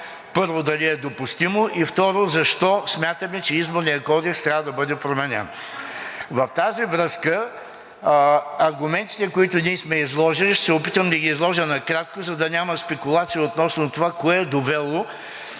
първо, да не е допустимо и, второ, защо смятаме, че Изборният кодекс трябва да бъде променен. В тази връзка аргументите, които сме изложили, ще се опитам да ги изложа накратко, за да няма спекулации относно това кое е довело